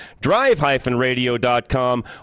drive-radio.com